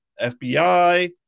FBI